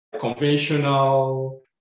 conventional